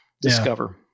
discover